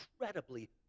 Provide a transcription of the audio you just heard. incredibly